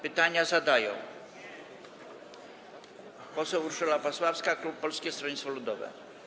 Pytanie zadaje poseł Urszula Pasławska, klub Polskiego Stronnictwa Ludowego.